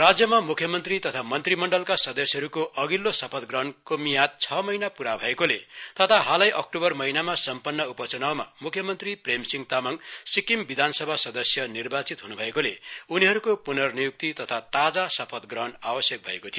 राज्यमा मुख्यमन्त्री तथा मन्त्रीमण्डलका सदस्यहरूको अधिल्लो शपथ ग्रहणको मियाद छ महिना पूरा भएकोले तथा हालै अक्टोबर महिनामा सम्पन्न उपचुनाउमा मुख्यमन्त्री प्रेम सिंह तामाङ सिक्किम विधानसभा सदस्य निर्वाचित ह्नुभएकोले उनीहरूको पूर्ननियुक्ति तथा ताजा शपथ ग्रहण आवश्यक भएको थियो